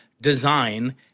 design